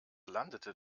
landete